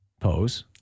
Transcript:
pose